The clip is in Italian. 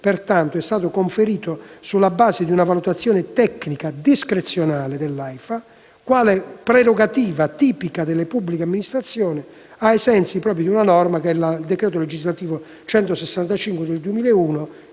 pertanto, è stato conferito sulla base di una valutazione tecnica discrezionale dell'Aifa, quale prerogativa tipica delle pubbliche amministrazioni, ai sensi dell'articolo 19, comma 6, del decreto legislativo n. 165 del 2001